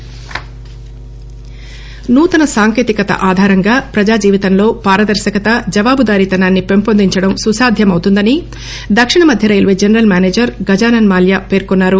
C నూతన సాంకేతిక ఆధారంగా ప్రజా జీవితంలో పారదర్పకత జవాబుదారి తనాల్పి పెంపొందించడం సుసాధ్యమవుతుందని దక్షిణ మధ్య railway general manager Gajanan Mallya పేర్కొన్నారు